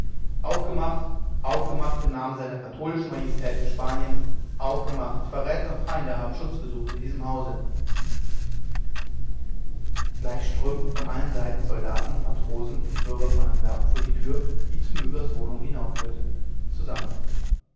aufgemacht aufgemacht im namen seiner katholischen majestät in spanien aufgemacht verräter und feinde haben schutz gesucht in diesem hause gleich strömten von allen seiten soldaten matrosen und bürger von antwerpen vor die tür die zu mygas wohnung hinaufführte zusammen